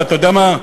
ואתה יודע מה?